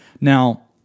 Now